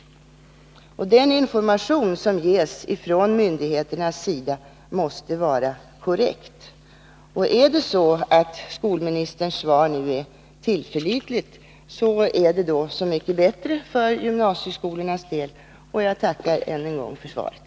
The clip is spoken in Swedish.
Den information som ges från myndigheternas sida måste vara korrekt. Om det är så att skolministerns svar nu är tillförlitligt är det så mycket bättre för gymnasieskolornas del. Jag tackar ännu en gång för svaret.